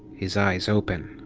his eyes open.